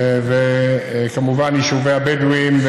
וכמובן יישובי הבדואים,